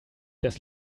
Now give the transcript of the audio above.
das